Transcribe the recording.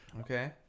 okay